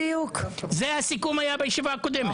זה הסיכום שהיה בישיבה הקודמת.